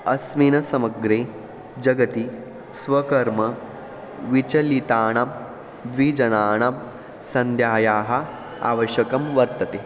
अस्मिन् समग्रे जगति स्वकर्म विचलितानां द्विजनानां सन्ध्यायाः आवश्यकता वर्तते